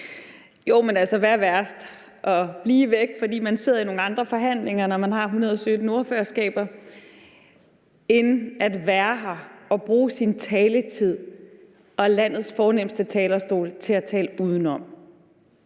(RV): Altså, hvad er værst – at blive væk, fordi man sidder i nogle andre forhandlinger, når man har hundrede sytten ordførerskaber, eller at være her og bruge sin taletid og landets fornemste talerstol til at tale udenom?